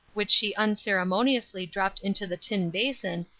which she unceremoniously dropped into the tin basin,